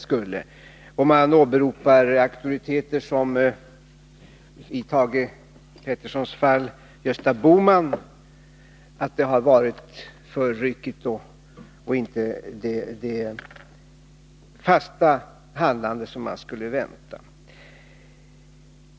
Thage Peterson åberopar Gösta Bohman som auktoritet och säger att det har varit för ryckigt och inte visats det fasta handlag som man skulle vänta.